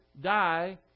die